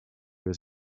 was